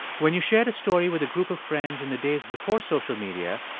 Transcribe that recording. when you shared a story with a group of friends in the days before social media,